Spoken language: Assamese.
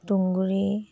তুঁহগুৰি